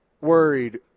worried